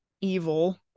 evil